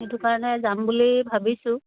সেইটো কাৰণে যাম বুলি ভাবিছোঁ